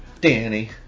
Danny